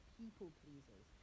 people-pleasers